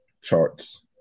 charts